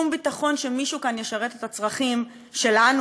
שום ביטחון שמישהו כאן ישרת את הצרכים שלנו,